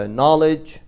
knowledge